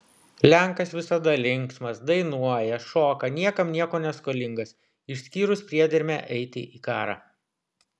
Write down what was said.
lenkas visada linksmas dainuoja šoka niekam nieko neskolingas išskyrus priedermę eiti į karą